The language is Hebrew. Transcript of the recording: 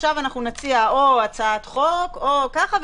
עכשיו נציע או הצעת חוק או ככה,